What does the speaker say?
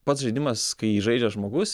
pats žaidimas kai jį žaidžia žmogus